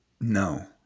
no